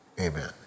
Amen